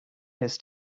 his